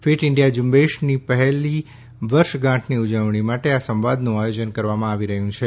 fit India ઝુંબેશની પહેલી વર્ષગાંઠની ઉજવણી માટે આ સંવાદનું આયોજન કરવામાં આવી રહ્યું છે